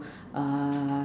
uh